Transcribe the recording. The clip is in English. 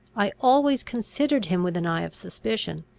i always considered him with an eye of suspicion,